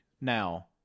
Now